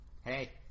hey